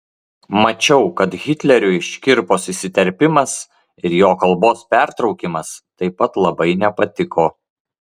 mačiau kad hitleriui škirpos įsiterpimas ir jo kalbos pertraukimas taip pat labai nepatiko